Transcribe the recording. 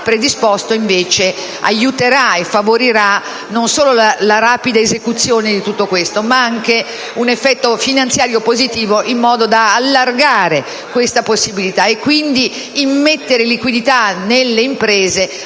ha predisposto, invece, aiutera e favoriranon solo la rapida esecuzione di tutto questo, ma anche un effetto finanziario positivo, in modo da allargare questa possibilita e quindi immettere nelle imprese